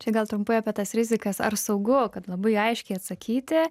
čia gal trumpai apie tas rizikas ar saugu kad labai aiškiai atsakyti